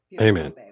Amen